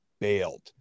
bailed